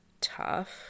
tough